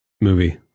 movie